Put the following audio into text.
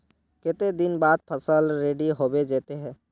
केते दिन बाद फसल रेडी होबे जयते है?